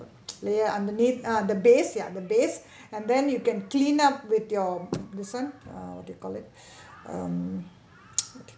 layer underneath ah the base ya the base and then you can clean up with your this one(uh) what do you call it um